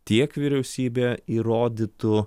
tiek vyriausybė įrodytų